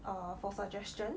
err for suggestion